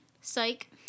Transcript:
Psych